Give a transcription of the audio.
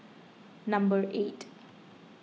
number eight